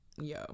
yo